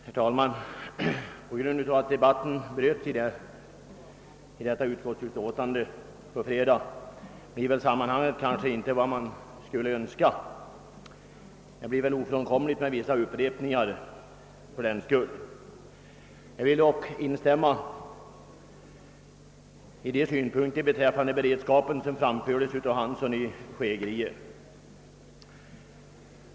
Herr talman! På grund av att debatten bröts i detta ärende i fredags blir sammanhanget kanske inte vad man skulle önska. Det torde även bli ofrånkomligt med vissa upprepningar. Jag vill dock instämma i de synpunkter beträffande livsmedelsberedskapen, som framfördes av herr Hansson i Skegrie.